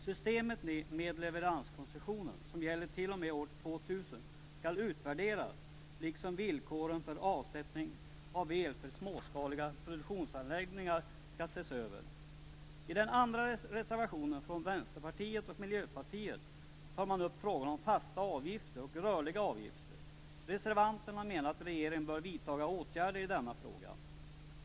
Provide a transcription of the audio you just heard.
Systemet med leveranskoncessioner, som gäller t.o.m. år 2000, skall utvärderas, och villkoren för avsättning av el till småskaliga produktionsanläggningar skall ses över. Miljöpartiet, tar man upp frågan om fasta och rörliga avgifter. Reservanterna menar att regeringen bör vidta åtgärder i denna fråga.